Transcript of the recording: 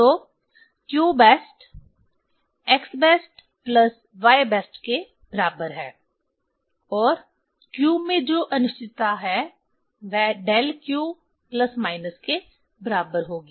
तो q best x best plus y best के बराबर है और q में जो अनिश्चितता है वह डेल q प्लस माइनस के बराबर होगी